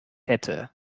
hätte